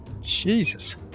Jesus